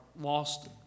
lost